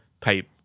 type